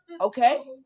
okay